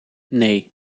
nee